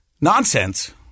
nonsense